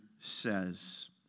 says